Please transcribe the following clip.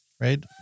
right